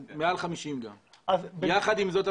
גם מעל 50. יחד עם זאת,